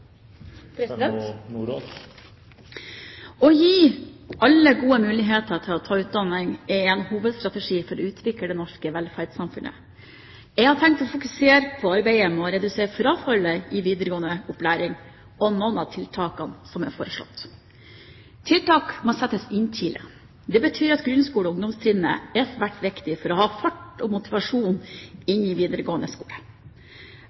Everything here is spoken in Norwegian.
Å gi alle gode muligheter til å ta utdanning er en hovedstrategi for å utvikle det norske velferdssamfunnet. Jeg har tenkt å fokusere på arbeidet med å redusere frafallet i videregående opplæring og noen av tiltakene som er foreslått. Tiltak må settes inn tidlig. Det betyr at grunnskolen og ungdomsskolen er svært viktig for å ha fart og motivasjon inn i videregående skole.